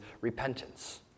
repentance